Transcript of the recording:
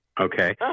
Okay